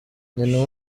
nyina